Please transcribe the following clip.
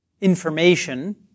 information